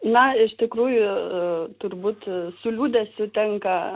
na iš tikrųjų turbūt su liūdesiu tenka